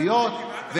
מעניש את הציבור?